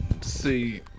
See